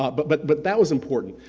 but but but but that was important.